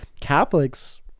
Catholics